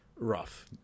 rough